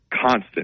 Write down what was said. constant